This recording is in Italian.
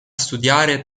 studiare